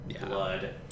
blood